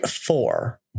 four